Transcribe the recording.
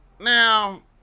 Now